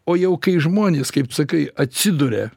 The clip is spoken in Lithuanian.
o jau kai žmonės kaip sakai atsiduria